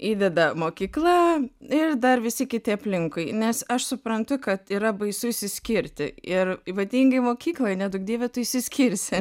įdeda mokykla ir dar visi kiti aplinkui nes aš suprantu kad yra baisu išsiskirti ir ypatingai mokykloj neduok dieve tu išsiskirsi